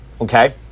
Okay